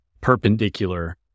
perpendicular